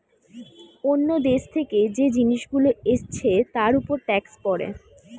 অন্য দেশ থেকে যে জিনিস গুলো এসছে তার উপর ট্যাক্স পড়ে